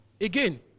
again